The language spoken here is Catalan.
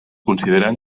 consideren